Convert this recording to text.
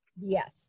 Yes